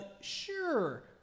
Sure